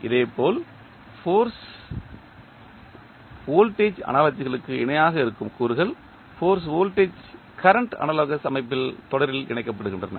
இதேபோல் force voltage அனாலஜிகளுக்கு இணையாக இருக்கும் கூறுகள் ஃபோர்ஸ் வோல்டேஜ் கரண்ட் அனாலோகஸ் அமைப்பில் தொடரில் இணைக்கப்படுகின்றன